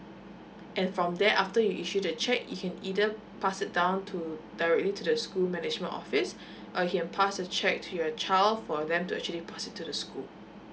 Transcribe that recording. and from there after you issue the check you can either pass it down to directly to the school management office or you can pass the check to your child for them to actually pass it to the school